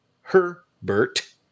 Herbert